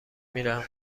میرم